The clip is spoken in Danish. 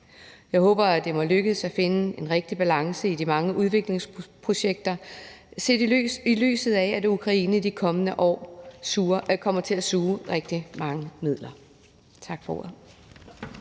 Jeg håber, at det må lykkes at finde en rigtig balance i de mange udviklingsprojekter, set i lyset af at Ukraine i de kommende år kommer til at suge rigtig mange midler. Tak for ordet.